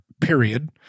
Period